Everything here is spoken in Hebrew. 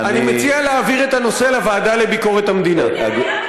אני מציע להעביר את הנושא לוועדה לביקורת המדינה.